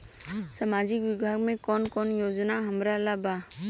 सामाजिक विभाग मे कौन कौन योजना हमरा ला बा?